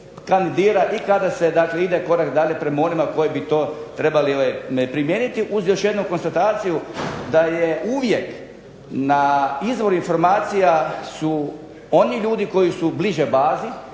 kandidira i kada se dakle ide korak dalje prema onima koji bi to trebali …/Ne razumije se./… Uz još jednu konstataciju, da je uvijek na izvor informacija su oni ljudi koji su bliže bazi